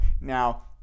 now